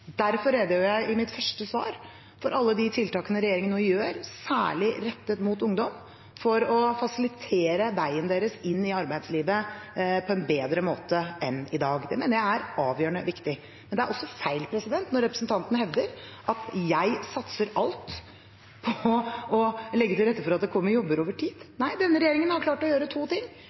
Derfor redegjorde jeg i mitt første svar for alle de tiltakene regjeringen nå gjør særlig rettet mot ungdom for å fasilitere veien deres inn i arbeidslivet på en bedre måte enn i dag. Det mener jeg er avgjørende viktig. Men det er også feil når representanten hevder at jeg satser alt på å legge til rette for at det kommer jobber over tid. Nei, denne regjeringen har klart å gjøre to ting.